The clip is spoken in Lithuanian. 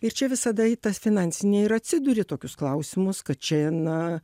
ir čia visada į tas finansinį ir atsiduri tokius klausimus kad čia na